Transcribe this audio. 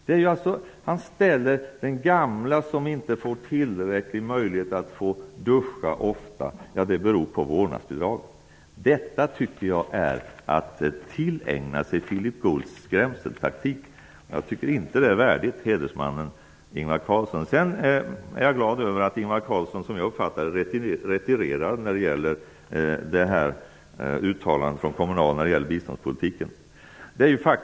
Han säger att det förhållandet att den gamle inte får möjlighet att duscha tillräckligt ofta beror på vårdnadsbidraget. Jag tycker att detta är att tillägna sig Philip Goulds skrämseltaktik. Jag tycker inte att det är värdigt hedersmannen Ingvar Carlsson. Jag är glad över att Ingvar Carlsson, som jag uppfattade det, retirerade när det gäller uttalandet på Kommunals kongress om biståndspolitiken.